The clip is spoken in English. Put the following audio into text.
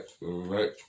right